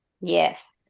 Yes